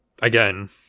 again